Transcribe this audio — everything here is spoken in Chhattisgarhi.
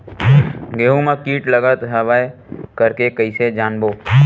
गेहूं म कीट लगत हवय करके कइसे जानबो?